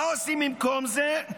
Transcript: מה עושים במקום זה?